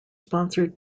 sponsored